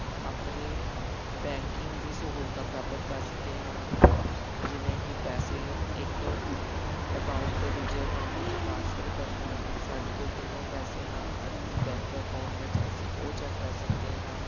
ਆਪਣੀ ਬੈਂਕਿੰਗ ਦੀ ਸਹੂਲਤਾਂ ਪ੍ਰਾਪਤ ਕਰ ਸਕਦੇ ਹਾਂ ਜਿਵੇਂ ਕਿ ਪੈਸੇ ਇੱਕ ਅਕਾਊਂਟ ਤੋਂ ਦੂਜੇ ਅਕਾਊਂਟ ਵਿੱਚ ਟ੍ਰਾਂਸਫਰ ਕਰਨਾ ਸਾਡੇ ਕੋਲ ਕਿੰਨੇ ਪੈਸੇ ਹਾਂ ਬੈਂਕ ਅਕਾਊਂਟ ਵਿੱਚ ਅਸੀਂ ਉਹ ਚੈੱਕ ਕਰ ਸਕਦੇ ਹਾਂ